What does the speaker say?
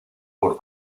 por